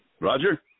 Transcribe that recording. Roger